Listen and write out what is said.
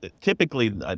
Typically